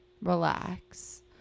Relax